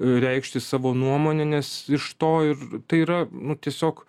reikšti savo nuomonę nes iš to ir tai yra nu tiesiog